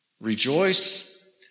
Rejoice